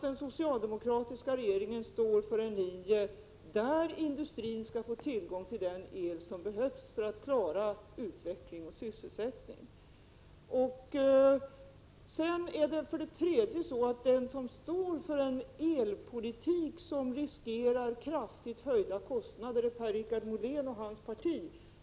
Den socialdemokratiska regeringen står för en linje som innebär att industrin skall få tillgång till den el som behövs för att klara utveckling och sysselsättning. För det trejde: De som står för en elpolitik som riskerar att innebära kraftigt höjda kostnader är Per-Richard Molén och hans parti.